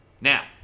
Now